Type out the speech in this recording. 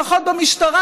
לפחות במשטרה,